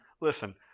Listen